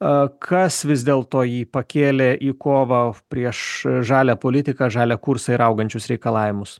a kas vis dėlto jį pakėlė į kovą f prieš žalią politiką žalią kursą ir augančius reikalavimus